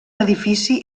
edifici